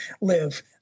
live